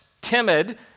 timid